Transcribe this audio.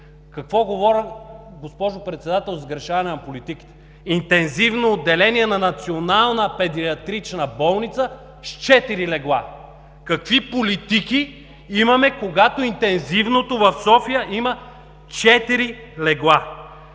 Какво говоря, госпожо Председател, за сгрешаване на политиките? Интензивно отделение на Национална педиатрична болница с четири легла – какви политики имаме, когато интензивното в София има четири